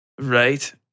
right